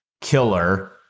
killer